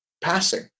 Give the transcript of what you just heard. passing